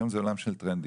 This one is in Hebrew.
היום זה עולם של טרנדים,